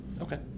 Okay